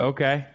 Okay